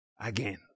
again